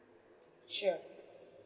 sure